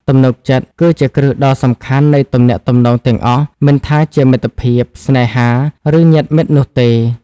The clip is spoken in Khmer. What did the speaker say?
ទំនុកចិត្ត គឺជាគ្រឹះដ៏សំខាន់នៃទំនាក់ទំនងទាំងអស់ មិនថាជាមិត្តភាព ស្នេហា ឬញាតិមិត្តនោះទេ។